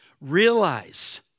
realize